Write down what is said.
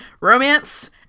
Romance